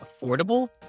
Affordable